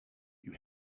you